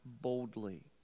boldly